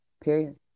period